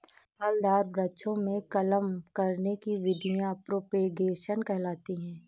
फलदार वृक्षों में कलम करने की विधियां प्रोपेगेशन कहलाती हैं